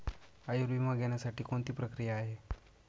आयुर्विमा घेण्यासाठी कोणती प्रक्रिया आहे?